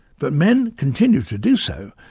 but men continue to do so,